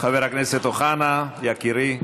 חבר הכנסת אוחנה, יקירי.